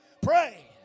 pray